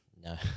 No